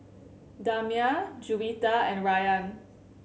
Damia Juwita and Rayyan